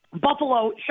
Buffalo